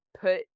put